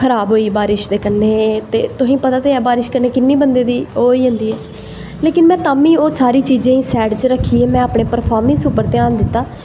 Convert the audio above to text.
खऱाब होई बारिश दे कन्नै ते तुसें पता ते ऐ बारिश दे कन्नै किन्नी ओह् होई जंदी ऐ लेकिन में तां बी सारी ओह् चीजें गी साईड़ च रक्खियै अपनी परफामैंस उप्पर ध्यान दित्ता